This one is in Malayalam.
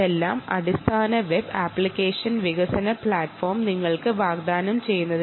ഇതെല്ലാം നിങ്ങൾക്ക് അടിസ്ഥാന വെബ് ആപ്ലിക്കേഷൻ വികസന പ്ലാറ്റ്ഫോം വാഗ്ദാനം ചെയ്യുന്നു